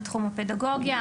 בתחום הפדגוגיה,